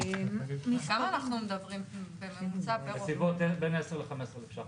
על כמה אנחנו מדברים בממוצע פר --- בסביבות בין 10,000 ל-15,000 ש"ח